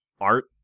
art